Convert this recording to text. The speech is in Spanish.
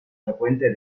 frecuente